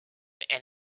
and